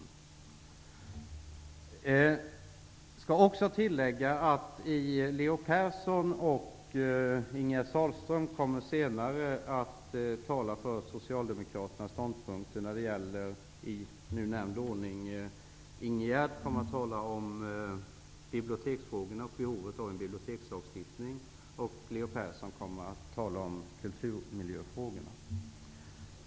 Jag skall också tillägga att Ingegerd Sahlström och Leo Persson senare kommer att tala för socialdemokraternas ståndpunkter när det gäller i nu nämnd ordning biblioteksfrågorna och behovet av en bibliotekslagstiftning samt kulturmiljöfrågorna.